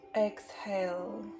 exhale